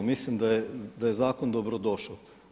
Mislim da je zakon dobro došao.